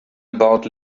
about